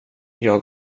jag